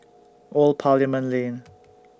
Old Parliament Lane